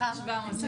זה